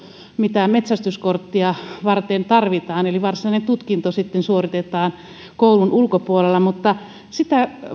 mitä metsästyskorttia varten tarvitaan eli varsinainen tutkinto suoritetaan sitten koulun ulkopuolella mutta sitä